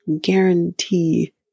guarantee